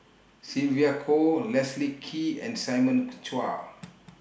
Sylvia Kho Leslie Kee and Simon Chua